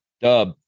Dub